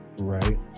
Right